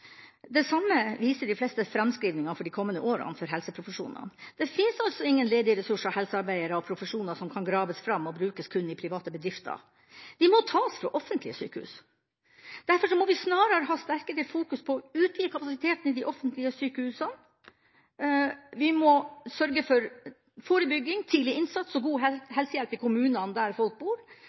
Det samme viser de fleste framskrivingene for de kommende årene for helseprofesjonene. Det finnes altså ingen ledig ressurs av helsearbeidere og profesjoner som kan graves fram og brukes kun i private bedrifter – de må tas fra offentlige sykehus. Derfor må vi snarere ha sterkere fokus på å utvide kapasiteten i de offentlige sykehusene. Vi må sørge for forebygging, tidlig innsats og god helsehjelp i kommunene der folk bor,